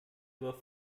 aber